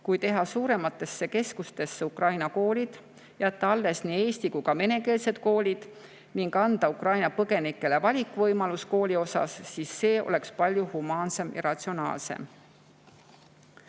Kui teha suurematesse keskustesse ukraina koolid, jätta alles nii eesti‑ kui ka venekeelsed koolid ning anda Ukraina põgenikele kooli valiku võimalus, siis see oleks palju humaansem ja ratsionaalsem.